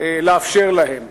לאפשר להם.